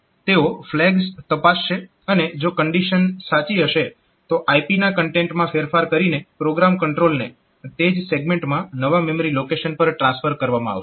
તેઓ ફ્લેગ્સ તપાસશે અને જો કન્ડીશન સાચી હશે તો IP ના કન્ટેન્ટમાં ફેરફાર કરીને પ્રોગ્રામ કંટ્રોલને તે જ સેગમેન્ટમાં નવા મેમરી લોકેશન પર ટ્રાન્સફર કરવામાં આવશે